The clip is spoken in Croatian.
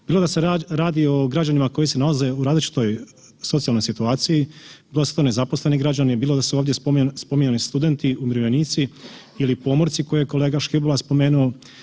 Bilo da se radi o građanima koji se nalaze u različitoj socijalnoj situaciji, bilo da su to nezaposleni građani, bilo da su ovdje spominjani studenti, umirovljenici ili pomorci koje je kolega Škibola spomenuo.